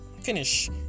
Finish